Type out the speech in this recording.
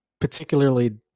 particularly